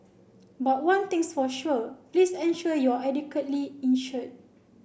but one thing's for sure please ensure you are adequately insured